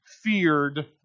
feared